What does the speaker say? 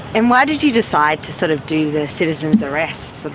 and why did you decide to sort of do the citizen's arrest?